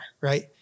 right